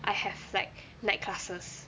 I have like night classes